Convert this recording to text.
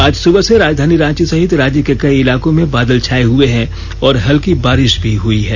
आज सुबह से राजधानी रांची सहित राज्य के कई इलाकों में बादल छाये हये हैं और हल्की बारिष भी हई है